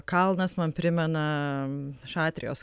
kalnas man primena šatrijos